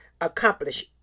accomplish